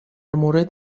مورد